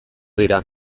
dira